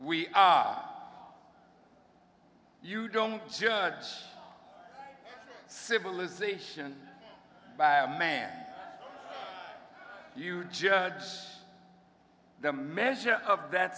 we are you don't judge a civilization by a man you judge the measure of that